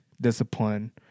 discipline